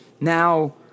Now